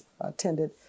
attended